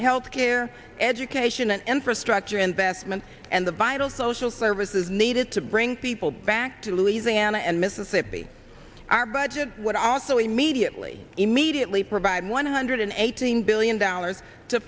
health care education and infrastructure investments and the vital social services needed to bring people back to louisiana and mississippi our budget would also immediately immediately provide one hundred eighteen billion dollars to